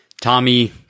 Tommy